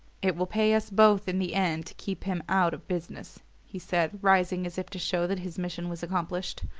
it will pay us both in the end to keep him out of business, he said, rising as if to show that his mission was accomplished.